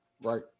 right